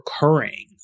recurring